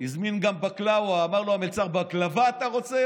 הזמין גם בקלאווה, אמר לו המלצר: בקלווה אתה רוצה?